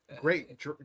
Great